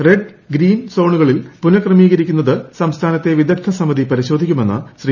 red green സോണിൽ പുനക്രമീകരിക്കുന്നത് സംസ്ഥാനത്തെ വിദഗ്ധ സമിതി പരിശോധിക്കുമെന്ന് ശ്രീ